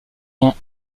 sont